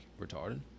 retarded